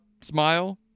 Smile